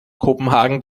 kopenhagen